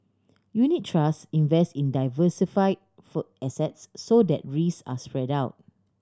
unit trust invest in diversify for assets so that risk are spread out